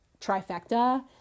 trifecta